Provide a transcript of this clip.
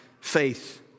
faith